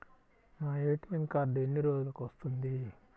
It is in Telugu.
నా ఏ.టీ.ఎం కార్డ్ ఎన్ని రోజులకు వస్తుంది?